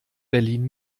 berlin